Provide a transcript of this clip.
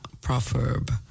proverb